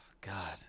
God